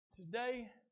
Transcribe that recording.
Today